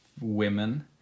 women